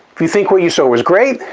if you think what you saw was great,